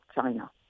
China